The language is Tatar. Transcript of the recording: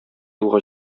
юлга